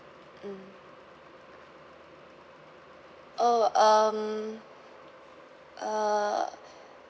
mm oh um uh